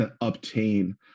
obtain